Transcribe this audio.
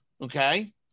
Okay